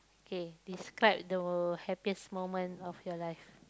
K describe the happiest moment of your life